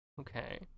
Okay